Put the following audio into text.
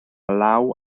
law